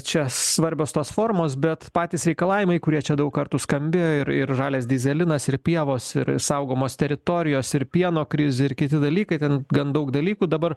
čia svarbios tos formos bet patys reikalavimai kurie čia daug kartų skambėjo ir ir žalias dyzelinas ir pievos ir saugomos teritorijos ir pieno krizė ir kiti dalykai ten gan daug dalykų dabar